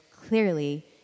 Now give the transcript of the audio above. clearly